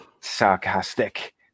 sarcastic